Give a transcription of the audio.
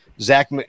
Zach